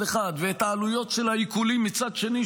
אחד ואת העלויות של העיקולים מצד שני,